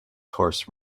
horse